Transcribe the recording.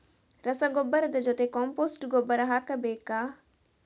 ರಸಗೊಬ್ಬರದ ಜೊತೆ ಕಾಂಪೋಸ್ಟ್ ಗೊಬ್ಬರ ಹಾಕಬೇಕಾ?